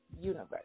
universe